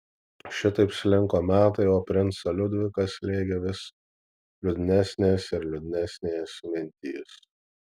šitaip slinko metai o princą liudviką slėgė vis liūdnesnės ir liūdnesnės mintys